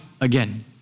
again